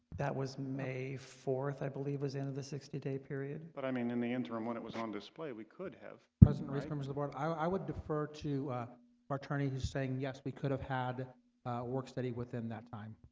that was may fourth i believe was into the sixty day period but i mean in the interim when it was on display we could have president reese, member of the board i would defer to our attorney who's saying yes, we could have had work study within that time